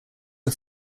are